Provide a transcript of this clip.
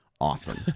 awesome